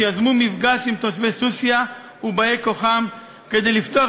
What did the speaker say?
שיזמו מפגש עם תושבי סוסיא ובאי-כוחם כדי לפתוח